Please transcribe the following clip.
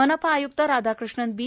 मनपा आय्क्त राधाकृष्णन बी